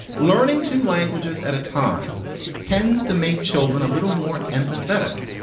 learning two languages at a time tends to make children a little more empathetic.